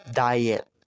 diet